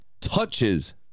Touches